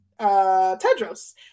Tedros